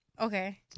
Okay